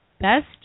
Best